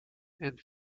and